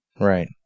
Right